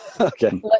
Okay